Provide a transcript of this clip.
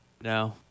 No